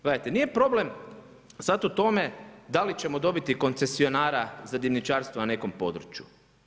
Gledajte nije problem sada u tome da li ćemo dobiti koncesionara za dimnjačarstvo na nekom području.